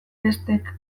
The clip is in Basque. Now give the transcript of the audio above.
bestek